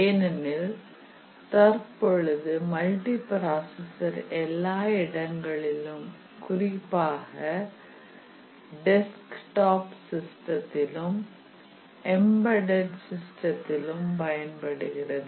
ஏனெனில் தற்பொழுது multi processor எல்லா இடங்களிலும் குறிப்பாக டெஸ்க் டாப் சிஸ்டத்திலும் எம்பெட்டட் சிஸ்டத்திலும் பயன்படுகிறது